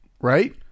right